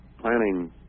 planning